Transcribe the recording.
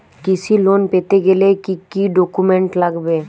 কৃষি লোন পেতে গেলে কি কি ডকুমেন্ট লাগবে?